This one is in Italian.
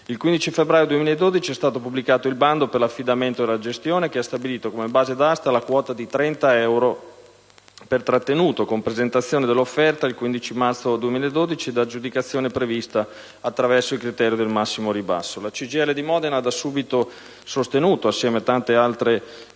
Il 15 febbraio 2012 è stato pubblicato il bando per l'affidamento della gestione, che ha stabilito come base d'asta la quota di 30 euro al giorno per trattenuto, con presentazione dell'offerta entro il 15 marzo 2012 ed aggiudicazione prevista attraverso il criterio del massimo ribasso. La CGIL di Modena ha da subito sostenuto, assieme a tante altre forze,